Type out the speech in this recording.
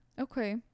Okay